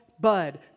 Bud